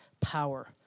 power